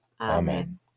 Amen